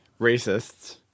Racists